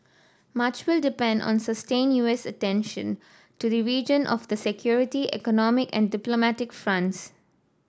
much will depend on sustained U S attention to the region of the security economic and diplomatic fronts